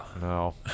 no